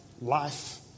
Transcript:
life